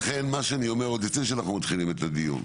לכן מה שאני אומר עוד לפני שאנחנו מתחילים את הדיון,